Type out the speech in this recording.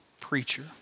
preacher